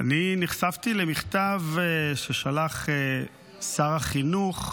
אני נחשפתי למכתב ששלח שר החינוך,